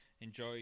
enjoy